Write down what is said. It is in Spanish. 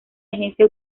agencia